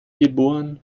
geboren